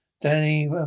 Danny